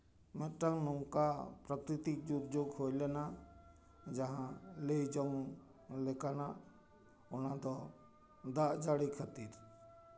ᱢᱤᱫᱴᱟᱝ ᱱᱚᱝᱠᱟ ᱯᱨᱟᱠᱨᱤᱛᱤᱠ ᱫᱩᱨᱡᱳᱜᱽ ᱦᱩᱭ ᱞᱮᱱᱟ ᱡᱟᱦᱟᱸ ᱞᱟᱹᱭ ᱡᱚᱝ ᱞᱮᱠᱟᱱᱟᱜ ᱚᱱᱟ ᱫᱚ ᱫᱟᱜ ᱡᱟᱹᱲᱤ ᱠᱷᱟᱹᱛᱤᱨ